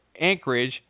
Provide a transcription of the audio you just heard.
Anchorage